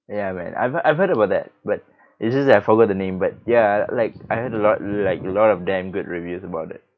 ya man I've I've heard about that but it's just that I forgot the name but ya like I heard a lot like a lot of damn good reviews about it